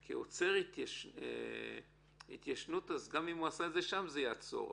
עוצר התיישנות אז גם אם עשה את זה שם זה יעצור.